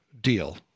deal